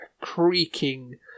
creaking